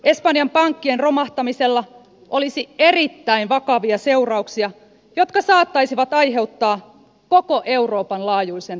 espanjan pankkien romahtamisella olisi erittäin vakavia seurauksia jotka saattaisivat aiheuttaa koko euroopan laajuisen rahoituskriisin